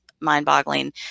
mind-boggling